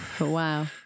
wow